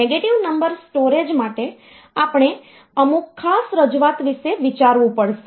negative number storage માટે આપણે અમુક ખાસ રજૂઆત વિશે વિચારવું પડશે